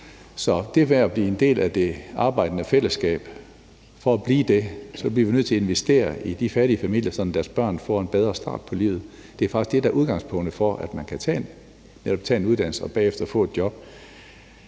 til det med at blive en del af det arbejdende fællesskab bliver vi nødt til at investere i de fattige familier, så deres børn får en bedre start på livet. Det er faktisk det, der er udgangspunktet for, at man netop kan tage en uddannelse og bagefter få et job.